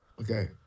Okay